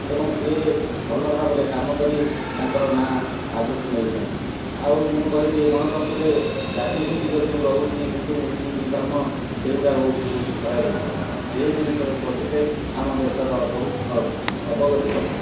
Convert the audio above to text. ଏବଂ ସେ ଭଲଭାବରେ କାମ କରି ତାଙ୍କର ନାଁ ଆଗକୁ ନେଇଛନ୍ତି ଆଉ ମୁଁ କହିବି ଏ ଗଣତନ୍ତ୍ରରେ ଜାତିଭିତ୍ତିକ ଯେଉଁ ରହୁଛି ହିନ୍ଦୁ ମୁସଲିମ୍ ଧର୍ମ ସେହିଗୁଡ଼ା ବହୁତ ହେଉଛି ଖରାପ ଜିନିଷ ସେହି ଜିନିଷ ପଶିଲେ ଆମ ଦେଶର ବହୁତ ଖ ଅବଗତି ହେବ